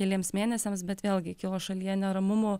keliems mėnesiams bet vėlgi kilo šalyje neramumų